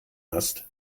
hast